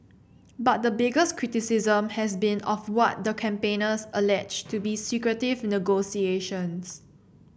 but the biggest criticism has been of what the campaigners allege to be secretive negotiations